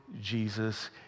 Jesus